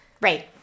right